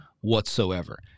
whatsoever